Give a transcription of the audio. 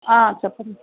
చెప్పండి